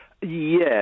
Yes